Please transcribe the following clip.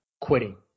quitting